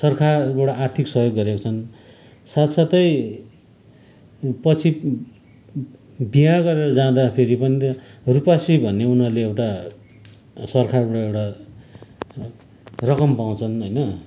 सरकारबाट आर्थिक सहयोग गरेका छन् साथसाथै पछि बिहे गरेर जाँदाखेरि पनि त रुपाश्री भन्ने उनीहरूले एउटा सरकारबाट एउटा रकम पाउँछन् होइन